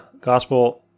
gospel